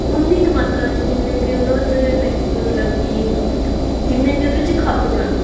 ਓਨੀ ਕੁ ਮਾਤਰਾ 'ਚ ਜਿੰਨੇ ਕਿ ਉਹਨਾਂ ਦੇ ਵਿੱਚ ਮਤਲਬ ਕਿ ਜਿੰਨੇ ਕਿ ਉਹਦੇ ਵਿੱਚ ਖਪ ਜਾਣ